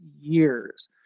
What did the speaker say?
years